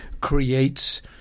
creates